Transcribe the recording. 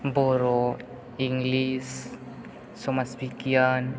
बर' English समाज बिगियान